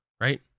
right